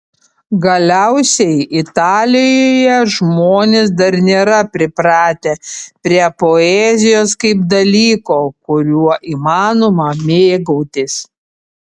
galiausiai italijoje žmonės dar nėra pripratę prie poezijos kaip dalyko kuriuo įmanoma mėgautis